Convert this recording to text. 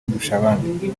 ndushabandi